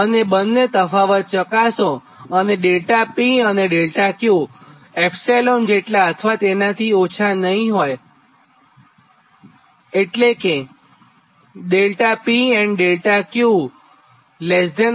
અને પછી બંને માટે તફાવત ચકાસો કે ΔP અને ΔQ એ ε જેટલા અથવા તેનાથી ઓછાં છે કે નહિં